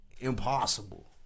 Impossible